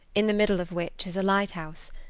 in the middle of which is a lighthouse.